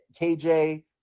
KJ